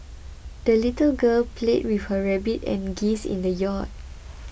the little girl played with her rabbit and geese in the yard